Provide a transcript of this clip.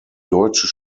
deutsche